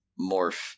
morph